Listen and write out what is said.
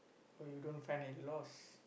oh you don't find a loss